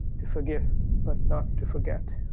to forgive but not to forget.